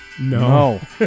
No